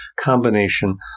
combination